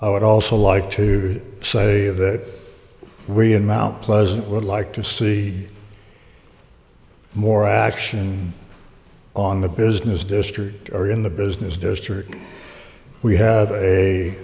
i would also like to say that we in mt pleasant would like to see more action on the business district or in the business district we have a